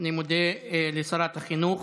אני מודה לשרת החינוך.